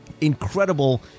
Incredible